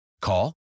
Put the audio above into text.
Call